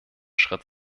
schritt